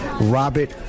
Robert